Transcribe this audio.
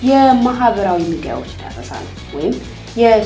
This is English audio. yeah yeah